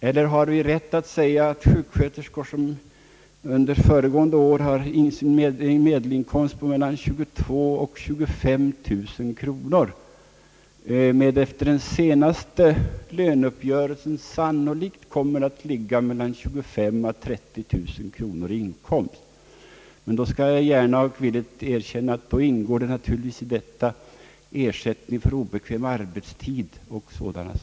Eller har vi rätt att säga att sjuksköterskor som under föregående år haft en medelinkomst på mellan 22000 och 25000 kronor — och som efter den senaste löneuppgörelsen sannolikt kommer att ligga mellan 25000 och 30000 kronor, varvid jag gärna och villigt erkänner att då ingår ersättning för obekväm arbetstid o. dyl.